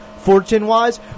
Fortune-wise